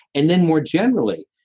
and then more generally,